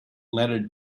letter